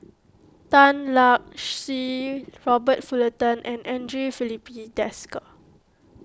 Tan Lark Sye Robert Fullerton and andre Filipe Desker